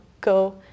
go